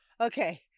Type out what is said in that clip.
okay